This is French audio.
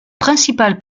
principal